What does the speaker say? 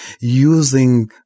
using